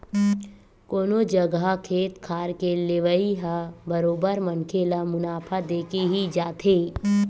कोनो जघा खेत खार के लेवई ह बरोबर मनखे ल मुनाफा देके ही जाथे